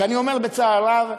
ואני אומר בצער רב,